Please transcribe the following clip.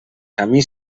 camí